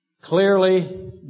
Clearly